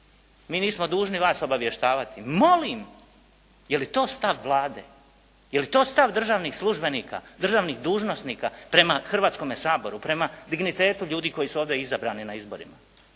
«Mi nismo dužni vas obavještavati.» Molim? Je li to stav Vlade. Je li to stav državnih službenika, državnih dužnosnika prema Hrvatskome saboru, prema dignitetu ljudi koji su ovdje izabrani na izborima?